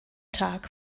tag